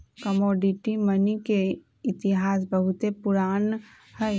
commodity money के इतिहास बहुते पुरान हइ